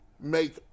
make